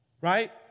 Right